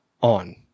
on